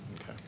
okay